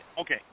okay